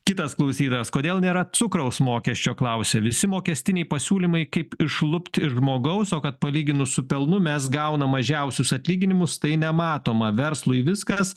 kitas klausytojas kodėl nėra cukraus mokesčio klausia visi mokestiniai pasiūlymai kaip išlupti iš žmogaus o kad palyginus su pelnu mes gaunam mažiausius atlyginimus tai nematoma verslui viskas